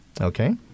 Okay